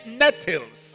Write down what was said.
nettles